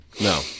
No